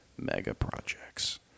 mega-projects